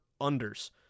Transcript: unders